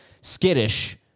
skittish